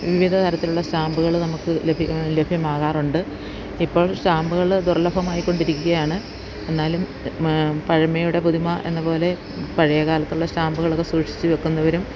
വിവിധ തരത്തിലുള്ള സ്റ്റാമ്പുകൾ നമുക്ക് ലഭ്യമാകാറുണ്ട് ഇപ്പോൾ സ്റ്റാമ്പുകൾ ദുർലഭമായികൊണ്ടിരിക്കയാണ് എന്നാലും പഴമയുടെ പുതുമ എന്നപോലെ പഴയ കാലത്തുള്ള സ്റ്റാമ്പുകളൊക്കെ സൂക്ഷിച്ച് വെക്കുന്നവരും